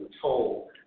told